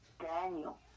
Daniel